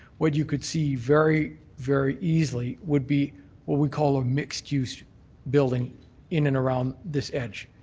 what you could see very, very easily would be what we call a mixed use building in and around this edge,